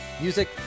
music